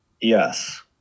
Yes